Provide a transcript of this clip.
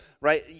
right